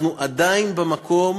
אנחנו עדיין במקום,